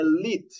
elite